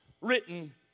written